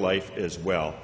life as well